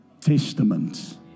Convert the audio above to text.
testament